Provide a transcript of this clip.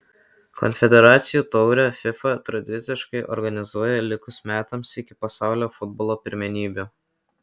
konfederacijų taurę fifa tradiciškai organizuoja likus metams iki pasaulio futbolo pirmenybių